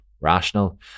rational